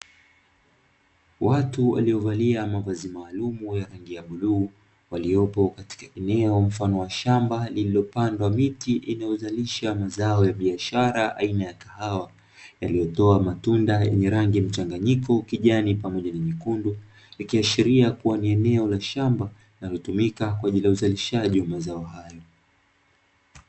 Watu waliovalia mavazi maalumu ya rangi ya bluu waliopo katika eneo mfano wa shamba lililopandwa miti inayozalisha mazao ya biashara aina ya kahawa, yaliyotoa matunda yenye rangi mchanganyiko kijani pamoja na nyekundu ikiashiria kuwa ni eneo la shamba linalotumika kwa ajili ya uzalishaji wa mazao hayo.